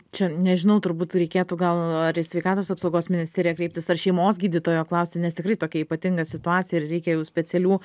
čia nežinau turbūt reikėtų gal ar į sveikatos apsaugos ministeriją kreiptis ar šeimos gydytojo klausti nes tikrai tokia ypatinga situacija ir reikia jau specialių